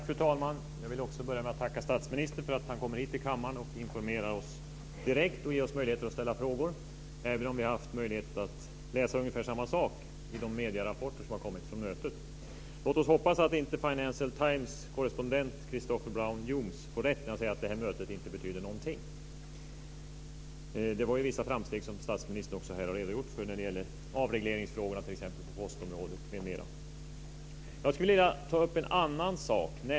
Fru talman! Jag vill också börja med att tacka statsministern för att han kommer hit till kammaren och informerar oss direkt och ger oss möjligheter att ställa frågor, även om vi har haft möjlighet att läsa ungefär samma sak i medierapporterna från mötet. Låt oss hoppas att inte Financial Times korrespondent Christopher Brown-Humes får rätt när han säger att mötet inte betydde någonting. Det gjordes vissa framsteg, som statsministern har redogjort för, t.ex. när det gäller avreglering på postområdet. Jag skulle vilja ta upp en annan sak.